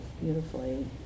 beautifully